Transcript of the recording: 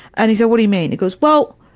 and he said, what do you mean? he goes, well,